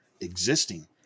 existing